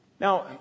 Now